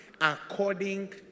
according